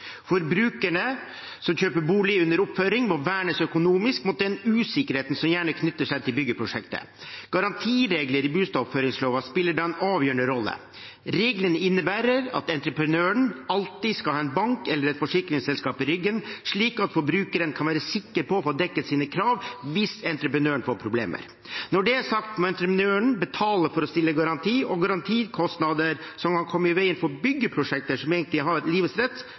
som kjøper boliger som er under oppføring, må vernes økonomisk mot den usikkerheten som gjerne knytter seg til byggeprosjektet. Garantireglene i bustadoppføringslova spiller da en avgjørende rolle. Reglene innebærer at entreprenøren alltid skal ha en bank eller et forsikringsselskap i ryggen, slik at forbrukeren kan være sikker på å få dekket sine krav hvis entreprenøren får problemer. Når det er sagt: Entreprenøren må betale for å stille garanti, og garantikostnader som kan komme i veien for byggeprosjekter som egentlig har livets rett,